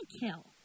kill